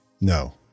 No